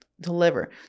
deliver